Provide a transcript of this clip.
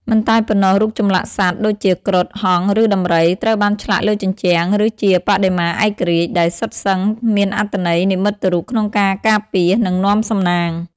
មិនតែប៉ុណ្ណោះរូបចម្លាក់សត្វ ដូចជា គ្រុឌ ហង្ស ឬដំរី ត្រូវបានឆ្លាក់លើជញ្ជាំង ឬជាបដិមាឯករាជ្យ ដែលសុទ្ធសឹងមានអត្ថន័យនិមិត្តរូបក្នុងការការពារ និងនាំសំណាង។